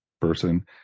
person